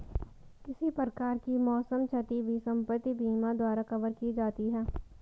किसी प्रकार की मौसम क्षति भी संपत्ति बीमा द्वारा कवर की जाती है